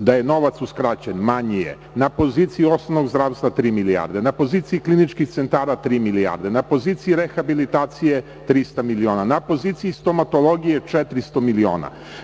da je novac uskraćen, manji je na poziciji osnovnog zdravstva tri milijarde, na poziciji kliničkih centara tri milijarde, na poziciji rehabilitacije 300 miliona, na poziciji stomatologije 400 miliona.